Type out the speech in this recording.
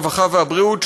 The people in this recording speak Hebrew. הרווחה והבריאות,